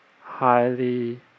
highly